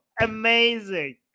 Amazing